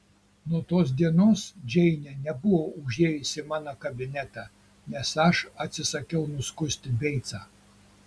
nuo tos dienos džeinė nebuvo užėjusi į mano kabinetą nes aš atsisakiau nuskusti beicą